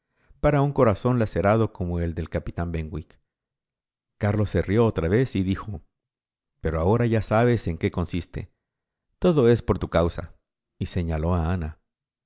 para un corazón lacerado como el del capitán benwick carlos se rió otra vez y dijo pero ahora ya sabes en qué consiste todo es por tu causay señaló a ana